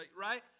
Right